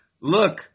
look